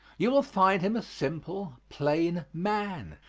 you will find him a simple, plain man.